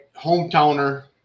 hometowner